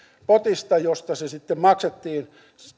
potista josta se sitten maksettiin